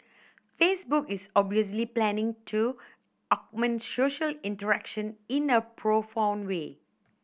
Facebook is obviously planning to augment social interaction in a profound way